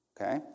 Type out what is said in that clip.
Okay